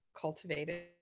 cultivated